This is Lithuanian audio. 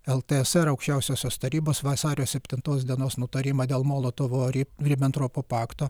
ltsr aukščiausiosios tarybos vasario septintos dienos nutarimą dėl molotovo ribentropo pakto